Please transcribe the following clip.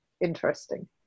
interesting